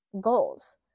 goals